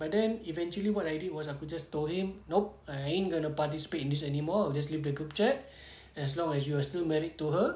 but then eventually what I did was aku just told him nope I ain't gonna participate in this anymore I'll just leave the group chat as long as you are still married to her